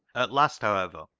at last, however,